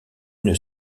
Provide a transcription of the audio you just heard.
une